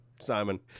Simon